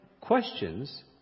questions